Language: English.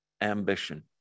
ambition